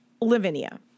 Lavinia